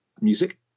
music